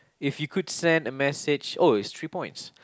if you could send a message oh it's three points